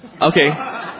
Okay